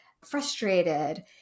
frustrated